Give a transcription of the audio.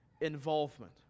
involvement